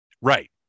Right